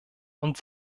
und